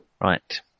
Right